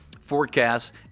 forecasts